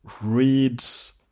reads